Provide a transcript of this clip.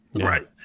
Right